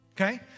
Okay